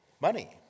Money